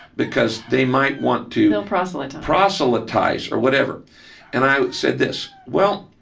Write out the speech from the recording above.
because they might want to, they'll proselytize, proselytize or whatever and i said this, well,